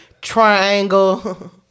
triangle